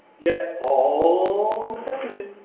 yet all the septuagints